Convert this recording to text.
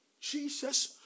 Jesus